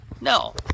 No